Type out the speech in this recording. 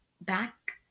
back